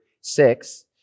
six